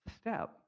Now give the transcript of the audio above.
step